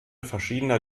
verschiedener